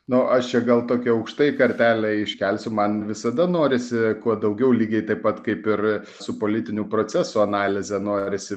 no aš čia gal tokią aukštai kartelę iškelsiu man visada norisi kuo daugiau lygiai taip pat kaip ir su politinių procesų analize norisi